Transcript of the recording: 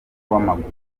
w’amaguru